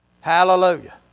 Hallelujah